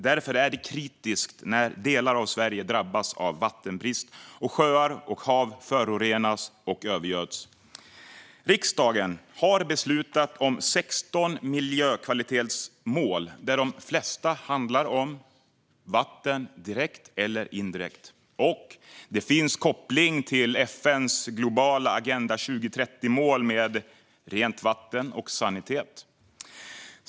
Därför blir läget kritiskt när delar av Sverige drabbas av vattenbrist och sjöar och hav förorenas och övergöds. Riksdagen har beslutat om 16 miljökvalitetsmål. De flesta handlar om vatten, direkt eller indirekt, och det finns kopplingar till FN:s globala Agenda 2030-mål om rent vatten och sanitet.